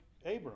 Abram